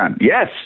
Yes